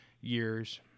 years